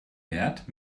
wert